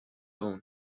اون